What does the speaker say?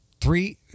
three